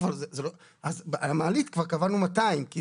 אז המעלית כבר קבענו 200,000,